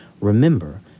Remember